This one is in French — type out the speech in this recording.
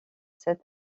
cet